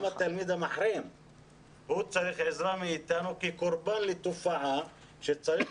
גם התלמיד המחרים צריך עזרה מאתנו כקורבן לתופעה שצריך